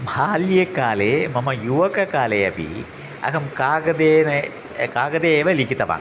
बाल्यकाले मम युवककाले अपि अहं कागदेन कागदे एव लिखितवान्